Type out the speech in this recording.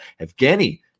Evgeny